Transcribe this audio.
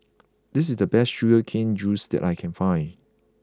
this is the best Sugar Cane Juice that I can find